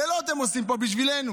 לילות הם עושים פה בשבילנו,